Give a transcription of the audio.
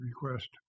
request